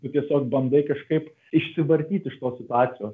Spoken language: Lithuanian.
tu tiesiog bandai kažkaip išsivartyt iš tos situacijos